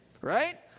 right